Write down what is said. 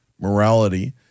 morality